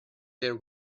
there